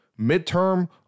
midterm